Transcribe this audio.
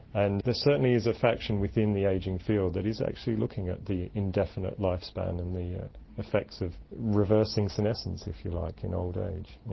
and there certainly is a faction within the ageing field that is actually looking at the indefinite lifespan and the effects of reversing senescence, if you like, in old age.